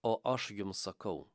o aš jums sakau